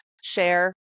share